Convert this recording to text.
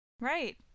right